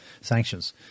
sanctions